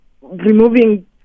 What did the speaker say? removing